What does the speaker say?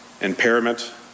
impairment